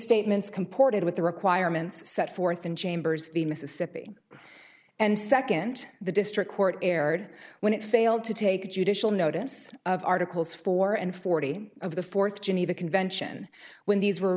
comported with the requirements set forth in chambers the mississippi and second the district court erred when it failed to take judicial notice of articles four and forty of the fourth geneva convention when these were